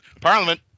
Parliament